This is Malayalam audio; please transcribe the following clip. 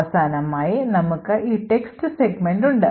അവസാനമായി നമുക്ക് ഈ text സെഗ്മെന്റ് ഉണ്ട്